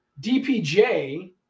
DPJ